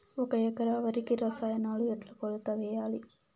ఒక ఎకరా వరికి రసాయనాలు ఎట్లా కొలత వేయాలి?